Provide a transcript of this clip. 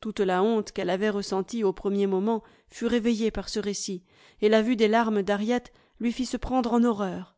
toute la honte qu'elle avait ressentie au premier moment fut réveillée par ce récit et la vue des larmes d'harriet lui fit se prendre en horreur